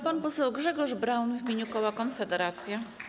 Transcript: Pan poseł Grzegorz Braun w imieniu koła Konfederacja.